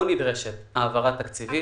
נדרשת העברה תקציבית לבצע את הדבר הזה.